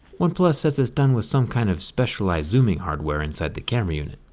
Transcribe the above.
oneplus says it's done with some kind of specialized zooming hardware inside the camera unit.